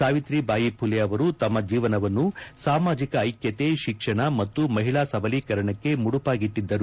ಸಾವಿತ್ರಿಬಾಯಿ ಫುಲೆ ತಮ್ಮ ಇಡೀ ಜೀವನವನ್ನೇ ಸಾಮಾಜಿಕ ಐಕ್ಯತೆ ಶಿಕ್ಷಣ ಮತ್ತು ಮಹಿಳಾ ಸಬಲೀಕರಣಕ್ಕಾಗಿ ಮುಡುಪಾಗಿಟ್ಟಿದ್ದರು